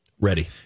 Ready